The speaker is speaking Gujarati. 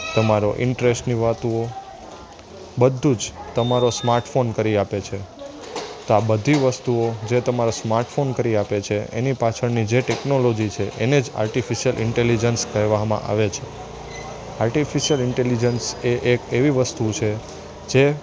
તમારો ઇન્ટરેસ્ટની વાતુઓ બધું જ તમારો તમારો સ્માર્ટફોન કરી આપે છે તો આ બધી વસ્તુઓ જે તમારા સ્માર્ટફોન કરી આપે છે એની પાછળની જે ટેકનોલોજી છે એને જ આર્ટિફિસિયલ ઇન્ટેલિજન્સ કહેવામાં આવે છે આર્ટિફિસિયલ ઇન્ટેલિજન્સ એ એક એવી વસ્તુ છે જે